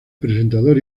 presentador